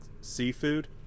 seafood